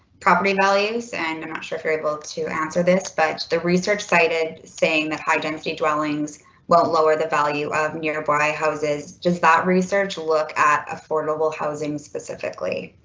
property values and i'm not sure if you're able to answer this, but the research cited saying that high density dwelling's won't lower the value of nearby houses. does that research look at affordable housing specifically?